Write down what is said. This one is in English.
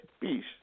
peace